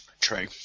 True